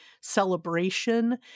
celebration